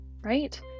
right